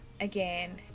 again